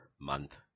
month